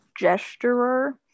gesturer